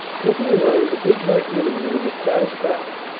looking around the big white living-room with satisfaction.